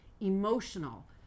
emotional